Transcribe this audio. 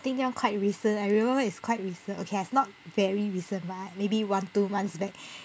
I think 要 quite recent I remember [one] is quite recent okay lah it's not very recent lah maybe one two months back